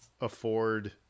afford